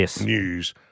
news